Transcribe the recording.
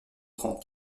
trente